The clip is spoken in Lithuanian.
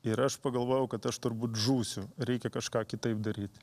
ir aš pagalvojau kad aš turbūt žūsiu reikia kažką kitaip daryt